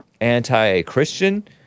anti-Christian